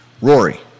Rory